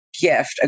gift